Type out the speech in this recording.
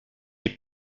les